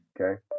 Okay